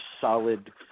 solid